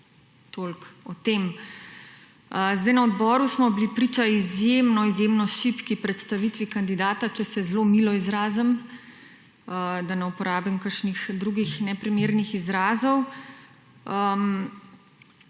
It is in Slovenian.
Na odboru smo bili priča izjemno izjemno šibki predstavitvi kandidata, če se zelo milo izrazim, da ne uporabim kakšnih drugih neprimernih izrazov.